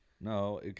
No